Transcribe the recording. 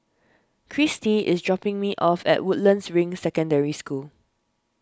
Cristi is dropping me off at Woodlands Ring Secondary School